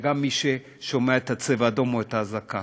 וגם מי ששומע את ה"צבע אדום" או את האזעקה.